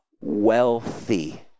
wealthy